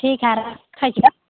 ठीक हइ रखै छी तऽ